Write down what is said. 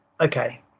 okay